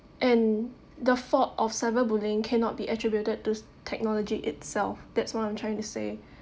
and the fault of cyberbullying cannot be attributed to technology itself that's what I'm trying to say